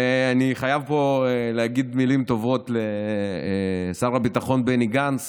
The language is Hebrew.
ואני חייב פה להגיד מילים טובות לשר הביטחון בני גנץ